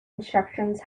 instructions